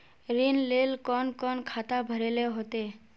ऋण लेल कोन कोन खाता भरेले होते?